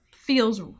feels